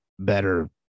better